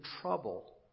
trouble